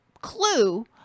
clue